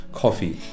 coffee